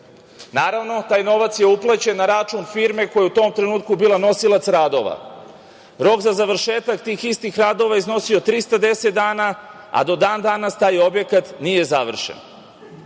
Naravno, taj novac je uplaćen na račun firme koja je u tom trenutku bila nosilac radova. Rok za završetak tih istih radova iznosio je 310 dana, a do dan danas taj objekat nije završen. Novac